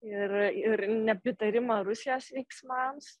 ir ir nepritarimą rusijos veiksmams